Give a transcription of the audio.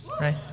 right